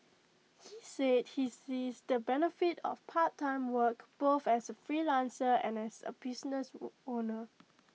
he said he sees the benefit of part time work both as A freelancer and as A business owner